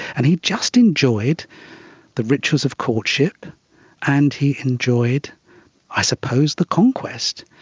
and he just enjoyed the rituals of courtship and he enjoyed i suppose the conquest.